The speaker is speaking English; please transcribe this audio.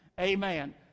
Amen